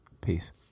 Peace